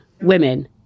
women